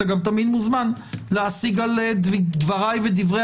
אתה גם תמיד מוזמן להשיג על דבריי ודברי